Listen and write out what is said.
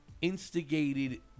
instigated